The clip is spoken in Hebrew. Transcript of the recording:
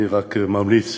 אני רק ממליץ